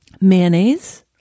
mayonnaise